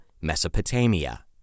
Mesopotamia